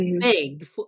big